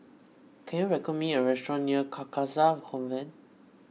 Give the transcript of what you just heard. can you recommend me a restaurant near Carcasa Convent